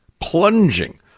plunging